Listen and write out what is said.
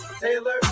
Taylor